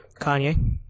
Kanye